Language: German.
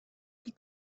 die